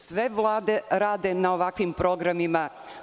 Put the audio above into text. Sve vlade rade na ovakvim programima.